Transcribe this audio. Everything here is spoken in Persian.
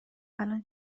الان